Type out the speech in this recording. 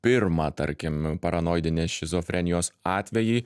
pirmą tarkim paranoidinės šizofrenijos atvejį